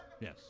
Yes